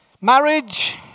Marriage